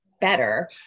better